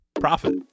profit